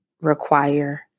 require